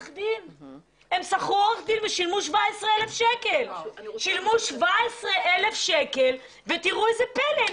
דין ושילמו 17,000 שקלים ותראו איזה פלא,